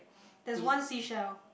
there is one seashell